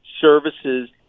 services